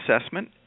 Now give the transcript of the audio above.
assessment